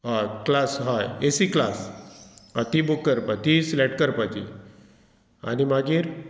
हय क्लास हय AC class हय ती बूक करपाची ती सिलेक्ट करपाची आनी मागीर